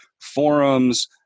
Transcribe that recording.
forums